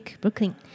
Brooklyn